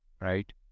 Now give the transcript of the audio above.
right